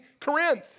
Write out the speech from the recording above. Corinth